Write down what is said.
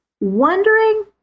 wondering